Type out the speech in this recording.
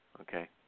okay